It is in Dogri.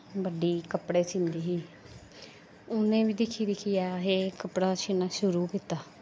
बड्डी कपड़े सींदी ही उ'नें बी दिक्खी दिक्खियै असें कपड़ा सीना शुरू कीता